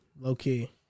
low-key